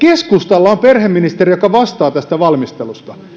keskustalla on perheministeri joka vastaa tästä valmistelusta